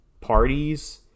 Parties